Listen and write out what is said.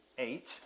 Eight